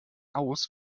aus